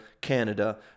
Canada